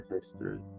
History